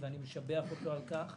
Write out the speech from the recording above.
ואני משבח אותו על כך.